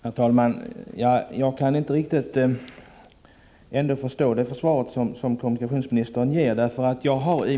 Herr talman! Jag kan ändå inte riktigt förstå det svar som kommunikationsministern ger.